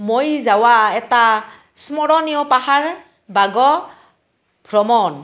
মই যোৱা এটা স্মৰণীয় পাহাৰ বগোৱা ভ্ৰমণ